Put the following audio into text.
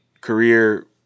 career